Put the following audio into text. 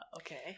okay